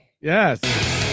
Yes